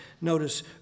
Notice